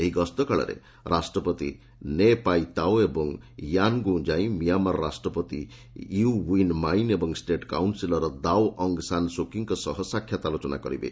ଏହି ଗସ୍ତ କାଳରେ ରାଷ୍ଟ୍ରପତି ନେ ପାଇ ତାଓ ଏବଂ ୟାନଗୁଁ ଯାଇ ମିଆଁମାର ରାଷ୍ଟ୍ରପତି ୟୁ ଔନ୍ ମାଇଁନ ଏବଂ ଷ୍ଟେଟ୍ କାଉନ୍ସିଲ୍ର Daw Aung San Suu Kyi ଙ୍କ ସହ ସାକ୍ଷାତ ଆଲୋଚନା କରିବେ